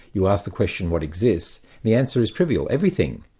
you ask the question what exists? the answer is trivial, everything,